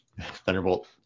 Thunderbolt